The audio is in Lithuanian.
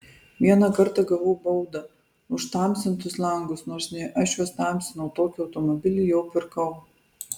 vieną kartą gavau baudą už tamsintus langus nors ne aš juos tamsinau tokį automobilį jau pirkau